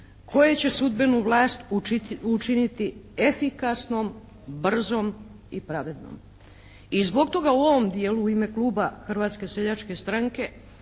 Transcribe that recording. koje će sudbenu vlast učiniti efikasnom, brzom i pravednom i zbog toga u ovom dijelu u ime kluba Hrvatske seljačke stranke